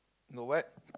got what